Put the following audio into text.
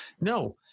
no